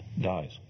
dies